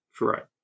Right